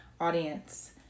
audience